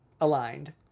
aligned